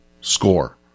score